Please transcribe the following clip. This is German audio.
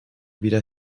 wieder